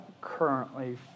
currently